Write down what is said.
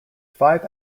five